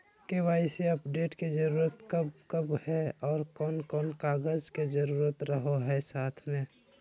KYC update के जरूरत कब कब है और कौन कौन कागज के जरूरत रहो है साथ में?